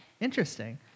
Interesting